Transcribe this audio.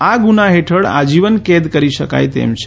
આ ગુના હેઠળ આજીવન કેદ કરી શકાય છે